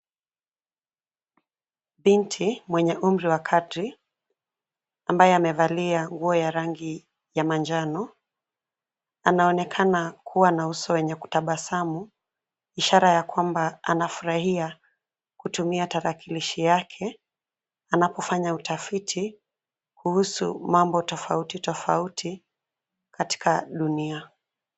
Binti mwenye umri wa kadri ambaye amevalia nguo ya rangi ya manjano anaonekana kuwa na uso wenye kutabasamu. Ishara ya kwamba anafurahia kutumia tarakilishi yake anapofanya utafiti kuhusu mambo tofauti tofauti katika dunia.